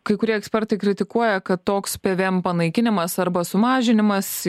kai kurie ekspertai kritikuoja kad toks pvm panaikinimas arba sumažinimas